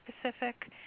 specific